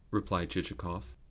replied chichikov.